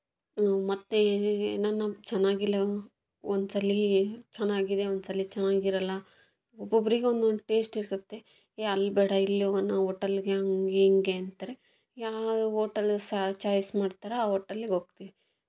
ಮತ್ತು ಏನಾನ ಚೆನ್ನಾಗಿಲ್ಲ ಒಂದ್ಸಲ ಚೆನ್ನಾಗಿದೆ ಒಂದ್ಸಲ ಚೆನ್ನಾಗಿರಲ್ಲ ಒಬ್ಬೊಬ್ರಿಗೆ ಒಂದೊಂದು ಟೇಸ್ಟ್ ಇರುತ್ತೆ ಏ ಅಲ್ಲಿ ಬೇಡ ಇಲ್ಲಿ ಹೋಗೋಣ ಹೋಟಲ್ಗೆ ಹಾಗೆ ಹೀಗೆ ಅಂತಾರೆ ಯಾವ ಹೋಟೆಲ್ ಸಹಾ ಚಾಯ್ಸ್ ಮಾಡ್ತಾರೋ ಆ ಹೋಟೆಲಿಗೆ ಹೋಗ್ತೀವಿ